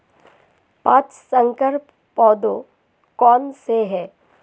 पाँच संकर पौधे कौन से हैं?